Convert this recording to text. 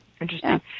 Interesting